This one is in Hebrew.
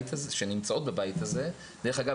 שנמצאות בבית הזה --- דרך אגב,